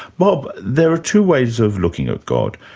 bob, there are two ways of looking at god.